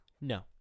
No